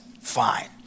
fine